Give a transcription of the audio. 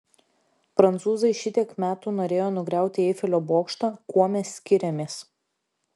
prancūzai šitiek metų norėjo nugriauti eifelio bokštą kuo mes skiriamės